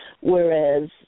whereas